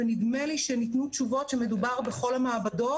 ונדמה לי שניתנו תשובות שמדובר בכל המעבדות.